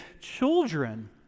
children